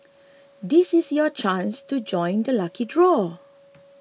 this is your chance to join the lucky draw